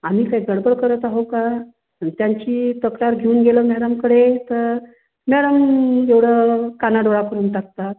आम्ही काय गडबड करत आहो का न त्यांची तक्रार घेऊन गेलं मॅडमकडे तर मॅडम एवढं कानाडोळा करून टाकतात